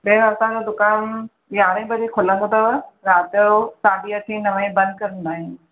भेण असांजो दुकानु यारहें बजे खुलंदो अथव राति जो साढी अठे नवे बंदि कंदा आहियूं